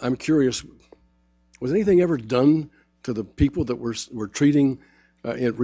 i'm curious with anything ever done to the people that were were treating